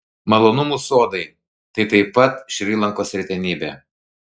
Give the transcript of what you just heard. malonumų sodai tai taip pat šri lankos retenybė